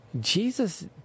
Jesus